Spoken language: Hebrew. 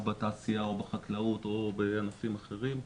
או בתעשייה או בחקלאות או בענפים אחרים,